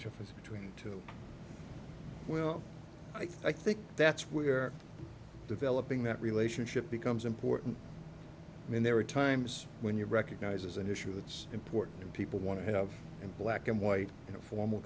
it's between two well i think that's where developing that relationship becomes important i mean there are times when you recognize as an issue it's important people want to have in black and white in a formal